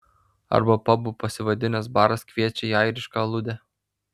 arba pabu pasivadinęs baras kviečia į airišką aludę